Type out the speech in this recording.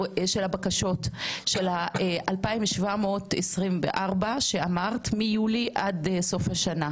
הן בקשות של אנשים שנמצאים פה כבר 15 שנה,